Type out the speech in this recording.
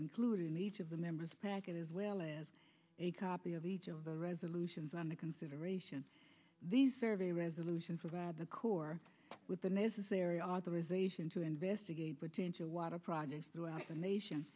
included in each of the members packet as well as a copy of each of the resolutions under consideration these serve a resolution for grab the core with the necessary authorisation to investigate potential water projects throughout the nation